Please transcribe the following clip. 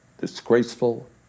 disgraceful